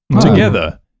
together